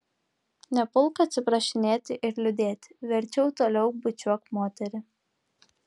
nepulk atsiprašinėti ir liūdėti verčiau toliau bučiuok moterį